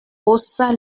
haussa